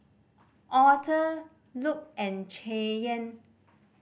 Author Luc and Cheyenne